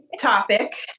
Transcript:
topic